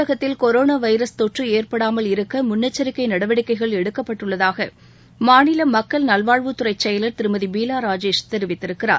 தமிழகத்தில் corona virus தொற்று ஏற்படாமல் இருக்க முன்னெச்சரிக்கை நடவடிக்கைகள் எடுக்கப்பட்டுள்ளதாக மாநில மக்கள் நல்வாழ்வுத்துறை செயலர் திருமதி பீலா ராஜேஷ் தெரிவித்திருக்கிறார்